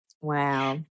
wow